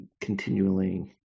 continually